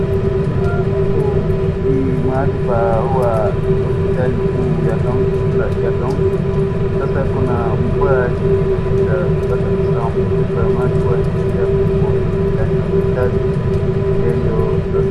Kuna mahali hapo hospitali kuu ya kaunti. Kuna mvua mingi imenyesha mpaka sasa mafuriko ya maji imeingia kwa hospitali.